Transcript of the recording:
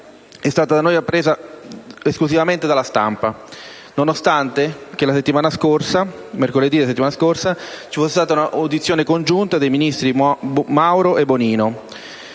è stata da noi appresa esclusivamente dalla stampa, nonostante il fatto che mercoledì della settimana scorsa ci sia stata un'audizione congiunta dei ministri Mauro e Bonino.